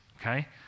okay